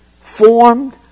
formed